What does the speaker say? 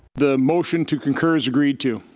the motion to concur is agreed to.